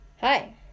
hi